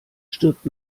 stirbt